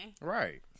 Right